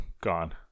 gone